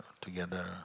together